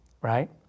right